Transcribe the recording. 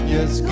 Yes